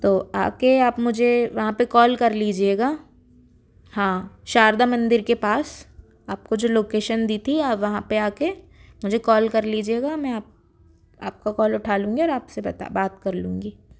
तो आकर आप मुझे वहाँ पर कॉल कर लीजिएगा हाँ शारदा मंदिर के पास आपको जो लोकेशन दी थी आप वहाँ पर आकर मुझे कॉल कर लीजिएगा मैं आप आपका कॉल उठा लूँगी और आपसे बात कर लूँगी